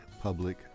public